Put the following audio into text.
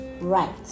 right